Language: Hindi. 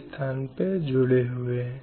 हिस्सा माना जाता है